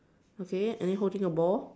okay and then holding a ball